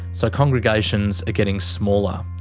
so congregations are getting smaller.